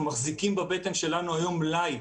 אנחנו מחזיקים בבטן שלנו היום מלאי